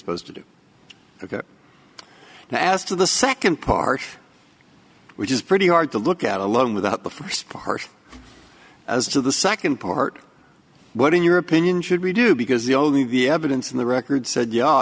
supposed to do it now as to the second part which is pretty hard to look at alone without the first part as to the second part what in your opinion should we do because the only the evidence in the record said y